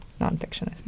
nonfiction